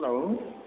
hello